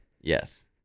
Yes